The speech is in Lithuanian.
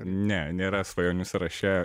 ne nėra svajonių sąraše